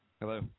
Hello